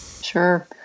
Sure